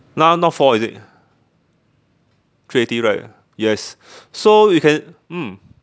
now not four is it three eighty right yes so you can mm